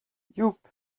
yupp